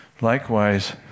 likewise